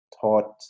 taught